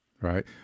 Right